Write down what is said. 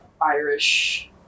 irish